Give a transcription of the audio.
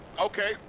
Okay